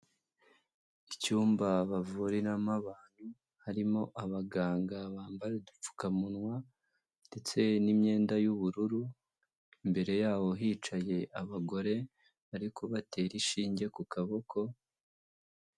Icyumba bavuriramo abantu harimo abaganga bambara udupfukamunwa ndetse n'imyenda y'ubururu, imbere yabo hicaye abagore, bari kubatera ishinge ku kaboko.